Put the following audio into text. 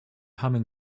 humming